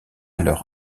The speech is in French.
leur